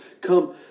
Come